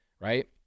right